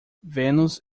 vênus